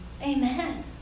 Amen